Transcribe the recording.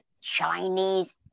Chinese